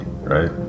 right